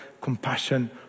compassion